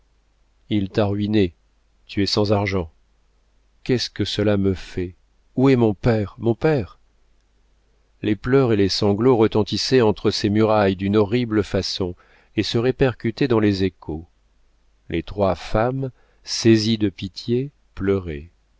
il t'a ruiné tu es sans argent qu'est-ce que cela me fait où est mon père mon père les pleurs et les sanglots retentissaient entre ces murailles d'une horrible façon et se répercutaient dans les échos les trois femmes saisies de pitié pleuraient